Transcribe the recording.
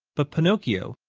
but pinocchio,